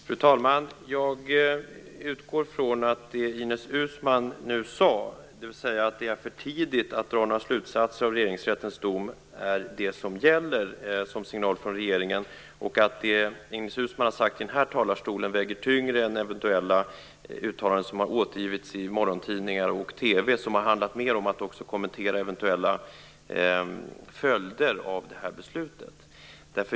Fru talman! Jag utgår från att det Ines Uusmann nu sade, alltså att det är för tidigt att dra några slutsatser av Regeringsrättens dom, är det som gäller som signal från regeringen, och att det Ines Uusmann har sagt i den här talarstolen väger tyngre än eventuella uttalanden som har återgivits i morgontidningar och TV. Dessa har handlat mer om att också kommentera eventuella följder av beslutet.